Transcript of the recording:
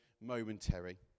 momentary